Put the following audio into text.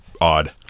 odd